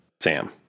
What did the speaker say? Sam